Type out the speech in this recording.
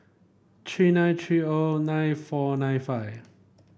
three nine three O nine four nine five